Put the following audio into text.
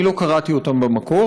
אני לא קראתי אותם במקור,